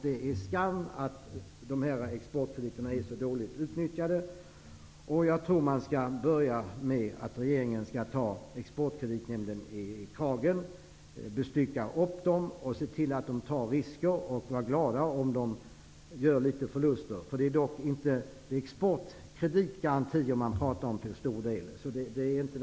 Det är skamligt att exportkrediterna är så dåligt utnyttjade. Jag tror att regeringen bör börja med att ta Exportkreditnämnden i kragen, bestycka upp den, se till att den tar risker och vara glad om den gör smärre förluster. Det är ju exportkreditgarantier man till stor del talar om.